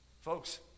Folks